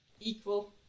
equal